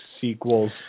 sequels